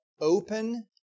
open